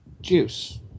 Juice